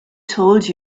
told